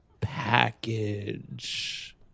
package